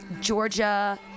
Georgia